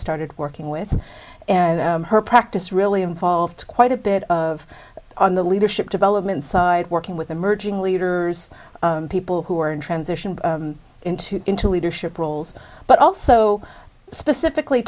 started working with and her practice really involved quite a bit of the leadership development side working with emerging leaders people who are in transition into into leadership roles but also specifically